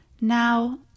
now